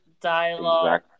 dialogue